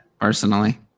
Personally